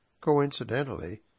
Coincidentally